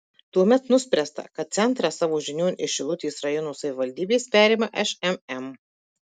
tuomet nuspręsta kad centrą savo žinion iš šilutės rajono savivaldybės perima šmm